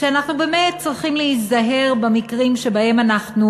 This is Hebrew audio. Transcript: אנחנו באמת צריכים להיזהר במקרים שבהם אנחנו